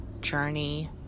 journey